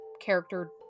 character